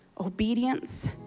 Obedience